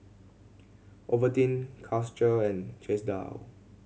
Ovaltine Karcher and Chesdale